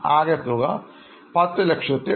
ആകെത്തുക 1075000